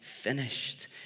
finished